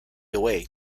away